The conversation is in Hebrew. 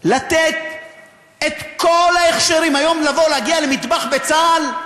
לתת את כל ההכשרים, היום לבוא, להגיע למטבח בצה"ל,